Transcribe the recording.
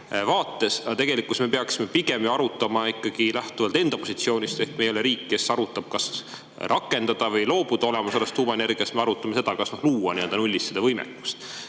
vaates. Aga tegelikult me peaksime seda arutama pigem ikkagi lähtuvalt enda positsioonist. Me ei ole riik, kes arutab, kas rakendada seda või loobuda olemasolevast tuumaenergiast. Me arutame, kas luua nii-öelda nullist seda võimekust.